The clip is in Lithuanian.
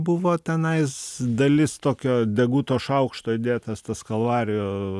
buvo tenais dalis tokio deguto šaukšto įdėtas tas kalvarijų